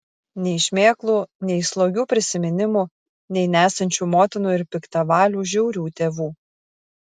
nei šmėklų nei slogių prisiminimų nei nesančių motinų ir piktavalių žiaurių tėvų